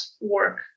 work